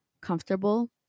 comfortable